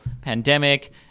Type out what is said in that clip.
pandemic